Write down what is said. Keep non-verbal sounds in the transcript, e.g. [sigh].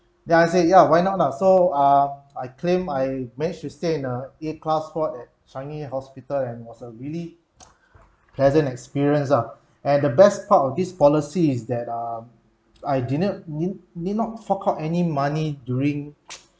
then I say ya why not lah so uh I claimed I managed to stay in a A class ward at changi hospital and was a really [noise] pleasant experience ah and the best part of these policy is that um I did not need need not fork out any money during [noise]